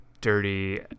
dirty